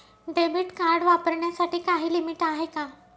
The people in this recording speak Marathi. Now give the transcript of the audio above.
डेबिट कार्ड वापरण्यासाठी काही लिमिट आहे का?